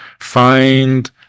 find